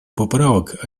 поправок